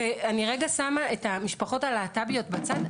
אני רגע שמה את המשפחות הלהט"ביות בצד.